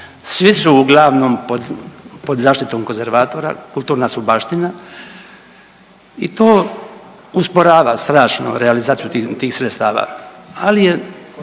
svi su uglavnom pod zaštitom konzervatora, kulturna su baština i to usporava strašno realizaciju tih sredstava,